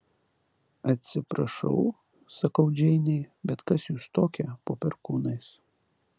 atsiprašau sakau džeinei bet kas jūs tokia po perkūnais